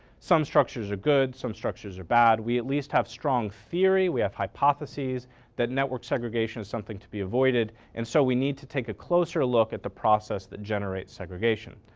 some structures are good, some structures are bad. we at least have strong theory. we have hypothesis that network segregation is something to be avoided. and so we need to take a closer look at the process that generates segregation.